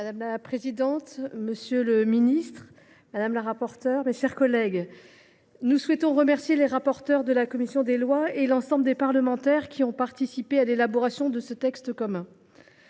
Madame la présidente, monsieur le ministre, mes chers collègues, nous remercions les rapporteurs de la commission des lois et l’ensemble des parlementaires qui ont participé à l’élaboration de ce texte commun.